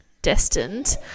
destined